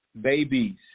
Babies